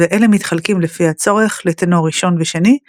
ואלה מתחלקים לפי הצורך לטנור ראשון ושני,